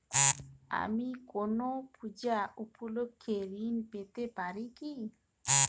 আমি কোনো পূজা উপলক্ষ্যে ঋন পেতে পারি কি?